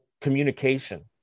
communication